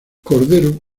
cordero